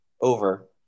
over